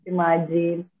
Imagine